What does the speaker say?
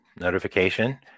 notification